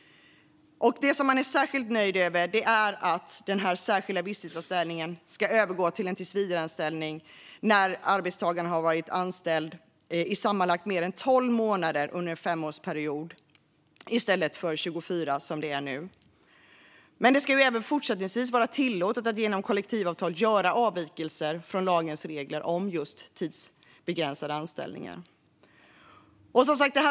Det man är särskilt nöjd med är att den särskilda visstidsanställningen ska övergå i en tillsvidareanställning när arbetstagaren har varit anställd i sammanlagt mer än 12 månader under en femårsperiod, i stället för 24 som det är nu. Men det ska även fortsättningsvis vara tillåtet att genom kollektivavtal göra avvikelser från lagens regler om just tidsbegränsade anställningar.